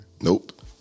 Nope